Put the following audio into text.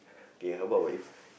K how about you